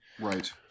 right